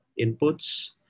inputs